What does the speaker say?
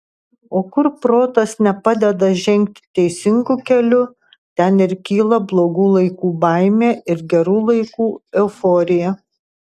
o kur protas nepadeda žengti teisingu keliu ten ir kyla blogų laikų baimė ir gerų laikų euforija